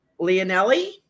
Leonelli